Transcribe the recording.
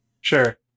Sure